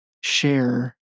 share